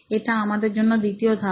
এটা আমাদের জন্য দ্বিতীয় ধাপ